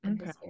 Okay